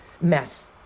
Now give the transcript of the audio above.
mess